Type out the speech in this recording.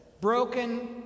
Broken